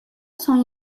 son